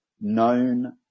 known